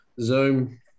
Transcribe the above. Zoom